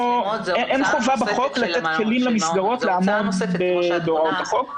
אין חובה בחוק לתת כלים למסגרות לעמוד בהוראות החוק.